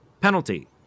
penalty